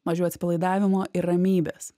mažiau atsipalaidavimo ir ramybės